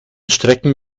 strecken